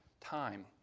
time